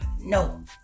No